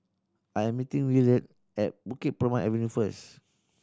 I am meeting Willard at Bukit Purmei Avenue first